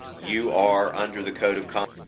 you are under the code of conduct.